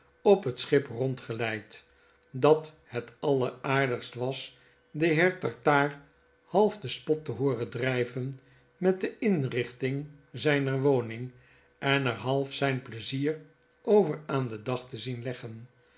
de eerstezeenimftoekwamen ophetschip rondgeleid dat het alleraardigst was den heer tartaar half den spot te hooren drijven met de inrichting zijner woning en er half zp pleizier over aan den dag te zien leggen